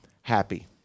happy